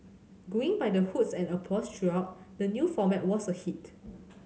going by the hoots and applause throughout the new format was a hit